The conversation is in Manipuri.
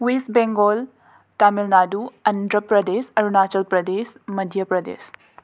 ꯋꯦꯁ ꯕꯦꯡꯒꯣꯜ ꯇꯥꯃꯤꯜ ꯅꯥꯗꯨ ꯑꯟꯗ꯭ꯔ ꯄ꯭ꯔꯗꯦꯁ ꯑꯔꯨꯅꯥꯆꯜ ꯄ꯭ꯔꯗꯦꯁ ꯃꯗ꯭ꯌ ꯄ꯭ꯔꯗꯦꯁ